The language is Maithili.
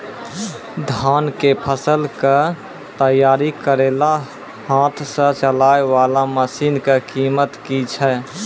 धान कऽ फसल कऽ तैयारी करेला हाथ सऽ चलाय वाला मसीन कऽ कीमत की छै?